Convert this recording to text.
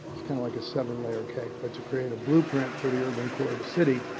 it's kind of like a seven layer cake. but to create a blueprint for the urban core of the city